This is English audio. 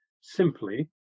simply